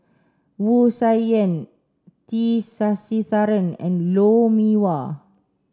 Wu Tsai Yen T Sasitharan and Lou Mee Wah